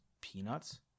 peanuts